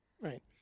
Right